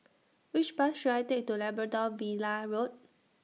Which Bus should I Take to Labrador Villa Road